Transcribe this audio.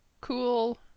cool